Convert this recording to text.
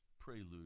prelude